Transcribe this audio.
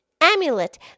Amulet